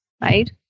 right